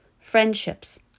friendships